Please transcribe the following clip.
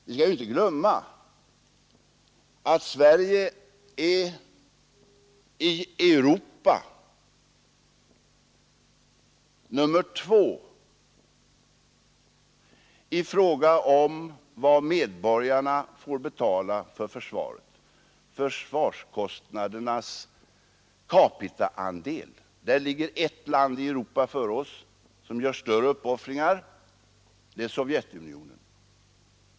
Vi skall inte glömma att Sverige är i Europa nummer två i fråga om vad medborgarna får betala för försvaret. Beträffande försvarskostnadernas andel per capita ligger ett land i Europa före oss som gör större uppoffringar — det är Sovjetunionen.